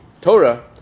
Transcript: Torah